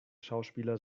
schauspieler